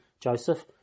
Joseph